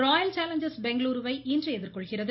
Royal Challengers Bengaluru வை இன்று எதிர்கொள்கிறது